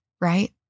right